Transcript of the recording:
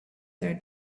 their